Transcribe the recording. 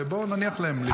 בוא נניח להם לבחון.